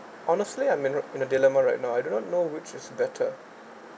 honestly I'm may not in a dilemma right now I do not know which is better